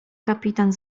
kapitan